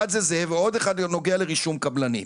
אחד זה זה ועוד אחד נוגע לרישום קבלנים,